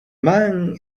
man